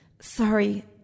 Sorry